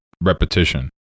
repetition